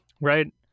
right